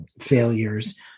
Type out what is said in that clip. failures